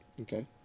Okay